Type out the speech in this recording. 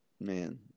man